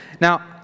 Now